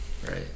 right